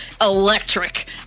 electric